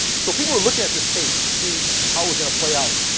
so people were looking at this case to see how it was gonna play out.